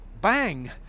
bang